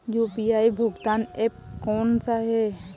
UPI भुगतान app कौन सा है?